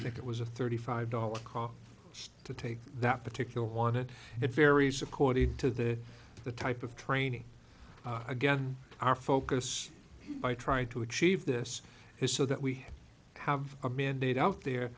think it was a thirty five dollars cost just to take that particular one it it varies according to the the type of training again our focus i try to achieve this is so that we have a mandate out there